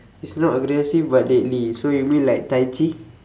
it's not aggressive but deadly so you mean like tai chi